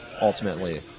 ultimately